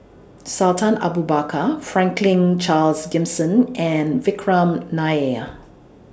Sultan Abu Bakar Franklin Charles Gimson and Vikram Nair